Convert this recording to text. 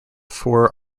four